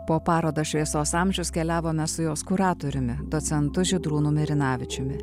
po parodą šviesos amžius keliavome su jos kuratoriumi docentu žydrūnu mirinavičiumi